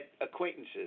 acquaintances